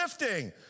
lifting